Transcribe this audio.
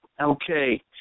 Okay